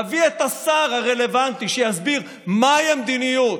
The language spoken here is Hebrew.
להביא את השר הרלוונטי שיסביר מהי המדיניות?